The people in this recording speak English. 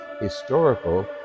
historical